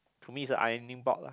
to me is a ironing board lah